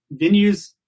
venues